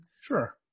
Sure